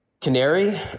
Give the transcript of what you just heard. Canary